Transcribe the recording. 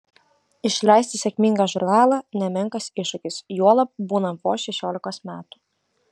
išleisti sėkmingą žurnalą nemenkas iššūkis juolab būnant vos šešiolikos metų